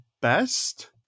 best